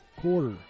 quarter